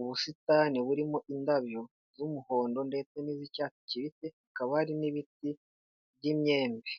ubusitani burimo indabyo z'umuhondo ndetse n'izi cyatsi kibisi, hakaba hari n'ibiti by'imyembe.